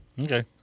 Okay